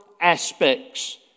aspects